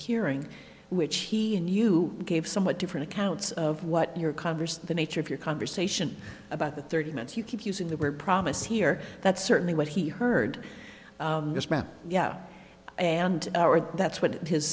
hearing which he and you gave somewhat different accounts of what your converse the nature of your conversation about the thirty minutes you keep using the word promise here that's certainly what he heard yeah and our that's what his